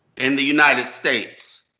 in the united states,